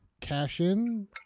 cash-in